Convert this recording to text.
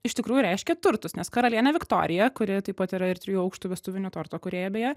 iš tikrųjų reiškia turtus nes karalienė viktorija kuri taip pat yra ir trijų aukštų vestuvinio torto kūrėja beje